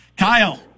Kyle